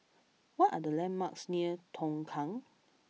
what are the landmarks near Tongkang